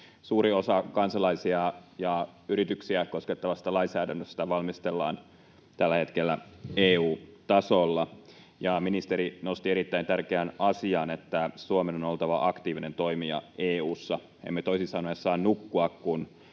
Suuri osa kansalaisia ja yrityksiä koskettavasta lainsäädännöstä valmistellaan tällä hetkellä EU-tasolla. Ministeri nosti erittäin tärkeän asian, että Suomen on oltava aktiivinen toimija EU:ssa. Emme toisin sanoen saa nukkua,